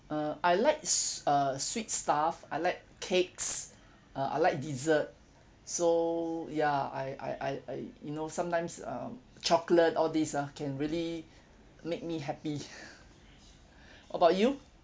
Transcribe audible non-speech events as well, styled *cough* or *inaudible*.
uh I like s~ uh sweet stuff I like cakes uh I like dessert so ya I I I I you know sometimes um chocolate all these ah can really make me happy *laughs* what about you